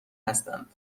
هستند